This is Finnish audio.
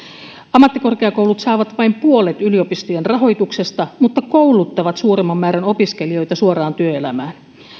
ammattikorkeakoulut saavat vain puolet yliopistojen rahoituksesta mutta kouluttavat suuremman määrän opiskelijoita suoraan työelämään